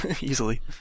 easily